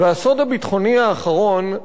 והסוד הביטחוני האחרון,